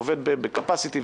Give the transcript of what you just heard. ועובד ב-Capacity,